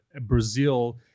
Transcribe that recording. Brazil